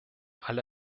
alle